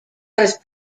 are